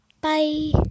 Bye